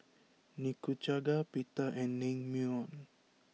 Nikujaga Pita and Naengmyeon